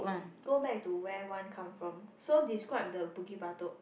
go back to where one come from so describe the Bukit-Batok